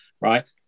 right